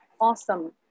awesome